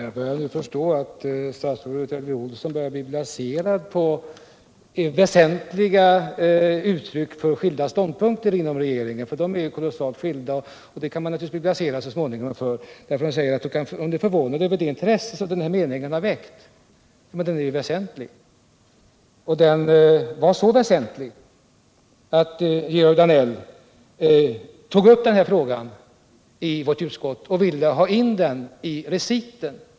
Herr talman! Jag förstår nu att statsrådet börjar bli blaserad på olika uttryck för skilda ståndpunkter inom regeringen — för de är ju kolossalt 59 skilda, och det kan man naturligtvis så småningom bli blaserad på. Hon säger att hon är förvånad över det intresse som den här meningen har väckt. Men den är ju väsentlig, och den är så väsentlig att Georg Danell tog upp den här frågan i vårt utskott och ville ha in meningen i reciten.